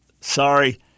sorry